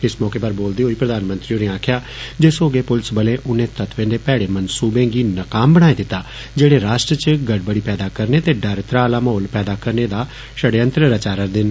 इस मौके उप्पर बोलदे होई प्रधानमंत्री होरें आक्खेआ सौह्गे पुलस बले उनें तत्वें दे भेडे मनसूबे गी नाकाम बनाई दिता जेडे राष्ट्र च गड़बड़ी पैदा करने ते डर त्राह आला माहौल पैदा करने दा षडयंत्र रचा रदे न